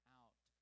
out